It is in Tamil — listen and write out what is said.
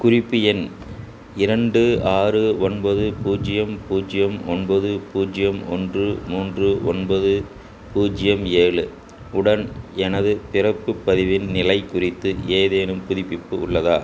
குறிப்பு எண் இரண்டு ஆறு ஒன்பது பூஜ்ஜியம் பூஜ்ஜியம் ஒன்பது பூஜ்ஜியம் ஒன்று மூன்று ஒன்பது பூஜ்ஜியம் ஏழு உடன் எனது பிறப்பு பதிவின் நிலை குறித்து ஏதேனும் புதுப்பிப்பு உள்ளதா